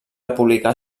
republicà